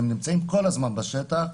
והם נמצאים כל הזמן בשטח.